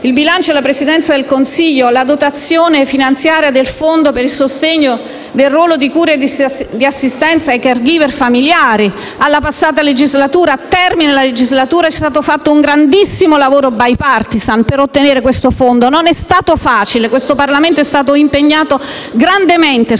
al bilancio della Presidenza del Consiglio la dotazione finanziaria del Fondo per il sostegno del ruolo di cura e di assistenza dei *caregiver* familiari, al termine della scorsa legislatura è stato fatto un grandissimo lavoro *bipartisan* per ottenere questo fondo. Non è stato facile: il Parlamento è stato impegnato grandemente su questo